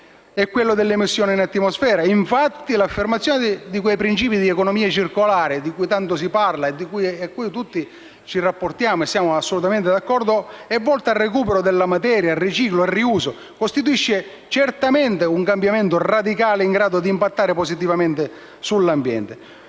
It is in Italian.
e quello delle emissioni in atmosfera. Infatti, l'affermazione dei principi dell'economia circolare, di cui tanto si parla e sui quali siamo assolutamente d'accordo, volta al recupero della materia, al riciclo, al riuso, costituisce certamente un cambiamento radicale in grado di impattare positivamente sull'ambiente,